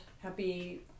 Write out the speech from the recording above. Happy